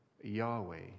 Yahweh